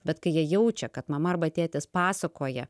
bet kai jie jaučia kad mama arba tėtis pasakoja